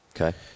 Okay